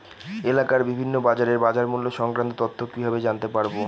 এলাকার বিভিন্ন বাজারের বাজারমূল্য সংক্রান্ত তথ্য কিভাবে জানতে পারব?